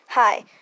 Hi